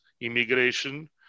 immigration